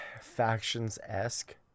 factions-esque